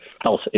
health